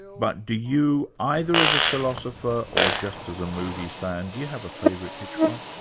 but do you either as a philosopher or just as a movie fan, do you have a favourite hitchcock?